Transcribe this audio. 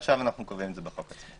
עכשיו אנחנו קובעים את זה בחוק.